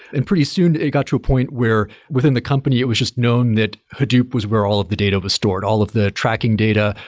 and pretty soon, it got to a point where within the company, it was just known that hadoop was where all of the data was stored, all of the tracking data,